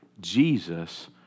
Jesus